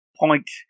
Point